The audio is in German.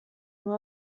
nur